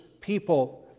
people